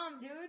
dude